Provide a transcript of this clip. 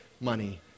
money